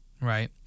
Right